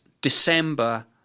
December